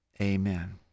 Amen